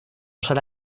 serà